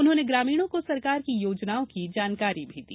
उन्होंने ग्रामीणों को सरकार की योजनाओं की जानकारी भी दी